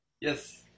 Yes